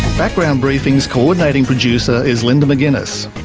background briefing's coordinating producer is linda mcginness,